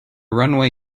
runway